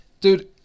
Dude